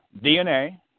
DNA